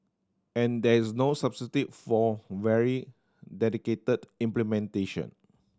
and there is no substitute for very dedicated implementation